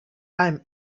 i’m